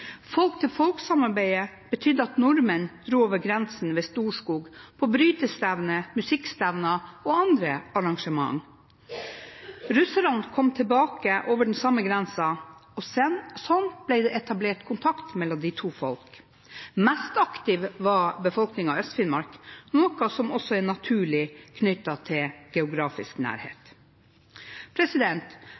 betydde at nordmenn dro over grensen ved Storskog på brytestevner, musikkstevner og andre arrangement. Russerne kom tilbake over den samme grensen, og sånn ble det etablert kontakt mellom de to folkene. Mest aktiv var befolkningen i Øst-Finnmark, noe som også er naturlig på grunn av geografisk nærhet.